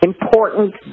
Important